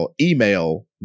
email